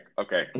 Okay